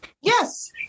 Yes